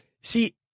see